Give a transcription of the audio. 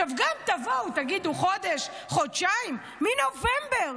עכשיו, תבואו ותגידו: חודש, חודשיים, מנובמבר